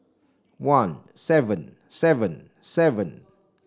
one seven seven seven